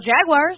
Jaguars